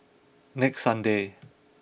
next Sunday